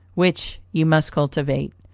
which you must cultivate.